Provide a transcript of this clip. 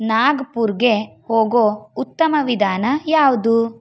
ನಾಗ್ಪುರ್ಗೆ ಹೋಗೋ ಉತ್ತಮ ವಿಧಾನ ಯಾವುದು